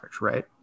right